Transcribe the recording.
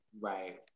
right